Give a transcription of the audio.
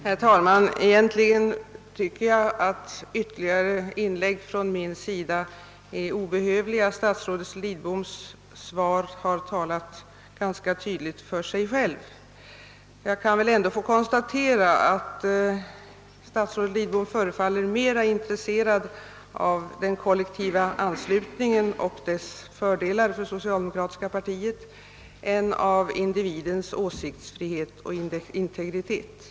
Herr talman! Egentligen är ytterligare inlägg från min sida obehövliga; statsrådet Lidboms svar har talat ganska tydligt för sig självt. Men jag kan väl få konstatera att statsrådet Lidbom förefaller mera intresserad av den kollektiva anslutningen och dess fördelar för det socialdemokratiska partiet än av individens åsiktsfrihet och integritet.